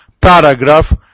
paragraph